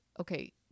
okay